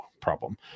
problem